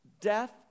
death